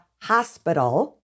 hospital